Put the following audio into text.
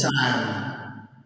time